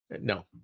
no